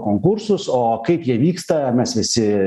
konkursus o kaip jie vyksta mes visi